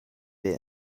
have